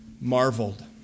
marveled